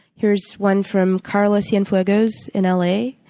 here's one from carla sanfiegos in l a.